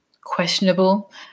questionable